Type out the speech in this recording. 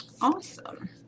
Awesome